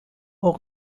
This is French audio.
aux